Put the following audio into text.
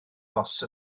bost